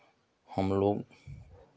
हमलोग